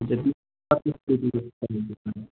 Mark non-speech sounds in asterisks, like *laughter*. हजुर बिस पच्चिस केजी *unintelligible*